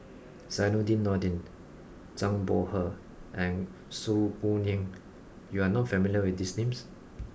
Zainudin Nordin Zhang Bohe and Su Guaning you are not familiar with these names